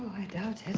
i doubt